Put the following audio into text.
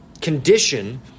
condition